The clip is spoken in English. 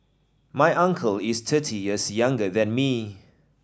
my uncle is thirty years younger than me